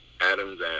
Adams